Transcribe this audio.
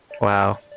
Wow